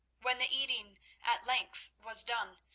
when the eating at length was done,